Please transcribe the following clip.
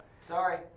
Sorry